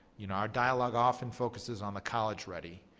you know our dialogue often focuses on the college ready.